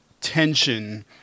tension